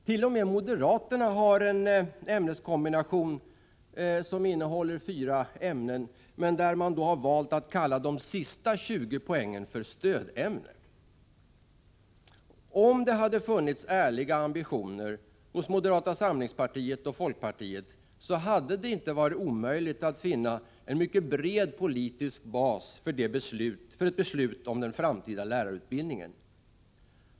T.o.m. moderaterna har en ämneskombination som innehåller fyra ämnen, men de har då valt att kalla den utbildning som ger de sista 20 poängen för utbildning i stödämnen. Om det hade funnits ärliga ambitioner hos moderata samlingspartiet och folkpartiet, skulle det inte ha varit omöjligt att finna en mycket bred politisk bas för ett beslut om den framtida lärarutbildningen.